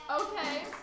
Okay